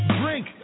drink